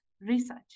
Research